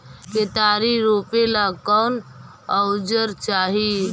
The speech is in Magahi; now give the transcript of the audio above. केतारी रोपेला कौन औजर चाही?